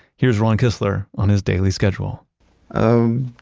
here's ron kistler on his daily schedule oh,